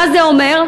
מה זה אומר?